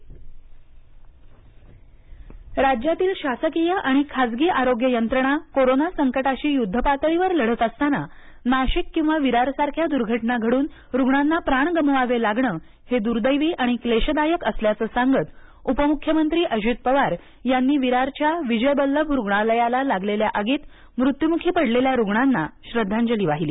अजित पवार राज्यातील शासकीय आणि खाजगी आरोग्य यंत्रणा कोरोना संकटाशी युद्धपातळीवर लढत असताना नाशिक किंवा विरारसारख्या दुर्घटना घडून रुग्णांना प्राण गमवावे लागणं हे दुर्दैवी क्लेशदायक असल्याचं सांगत उपमुख्यमंत्री अजित पवार यांनी विरारच्या विजय वल्लभ रुग्णालयाला लागलेल्या आगीत मृत्युमुखी पडलेल्या रुग्णांना श्रद्धांजली वाहिली